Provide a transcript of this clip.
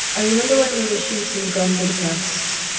i remember when and we were shooting grand budapest,